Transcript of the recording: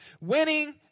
Winning